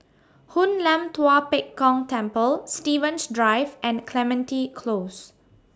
Hoon Lam Tua Pek Kong Temple Stevens Drive and Clementi Close